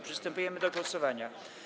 Przystępujemy do głosowania.